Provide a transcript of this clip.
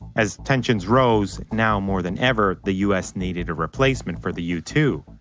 as tensions rose, now more than ever the us needed a replacement for the u two.